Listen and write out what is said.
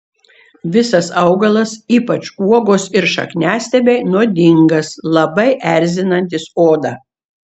visas augalas ypač uogos ir šakniastiebiai nuodingas labai erzinantis odą